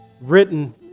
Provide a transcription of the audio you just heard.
Written